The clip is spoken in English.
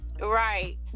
Right